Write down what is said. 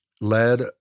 led